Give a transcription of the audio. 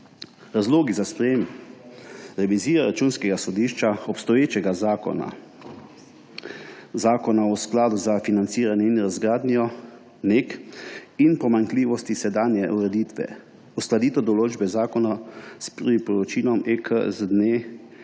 Razlogi za sprejetje: revizija Računskega sodišča obstoječega zakona, Zakona o skladu za financiranje razgradnje NEK, in pomanjkljivosti sedanje ureditve, uskladitev določbe zakona s priporočilom Evropske